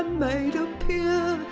made a peer.